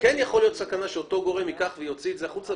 יכולה להיות סכנה מכך שאותו גורם יוציא את זה החוצה,